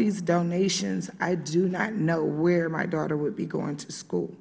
these donations i do not know where my daughter would be going to school